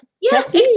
Yes